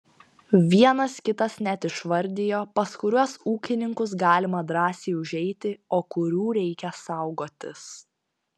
vienas kitas net išvardijo pas kuriuos ūkininkus galima drąsiai užeiti o kurių reikia saugotis